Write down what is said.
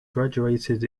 graduated